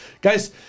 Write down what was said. guys